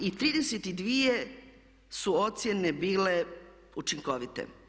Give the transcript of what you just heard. I 32 su ocjene bile učinkovite.